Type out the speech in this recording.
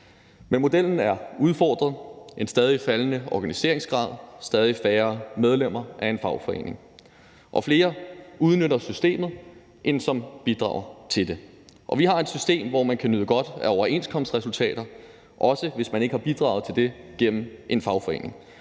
modellen er udfordret af en stadig faldende organiseringsgrad, stadig færre medlemmer af en fagforening, og der er flere, der udnytter systemet, end der bidrager til det. Vi har et system, hvor man kan nyde godt af overenskomstresultater, også hvis man ikke har bidraget til det gennem en fagforening.